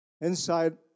inside